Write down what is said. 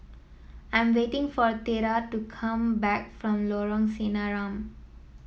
I'm waiting for Tera to come back from Lorong Sinaran